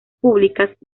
públicas